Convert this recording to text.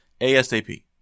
ASAP